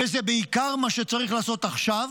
וזה בעיקר מה שצריך לעשות עכשיו,